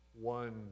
one